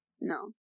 No